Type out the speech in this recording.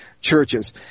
churches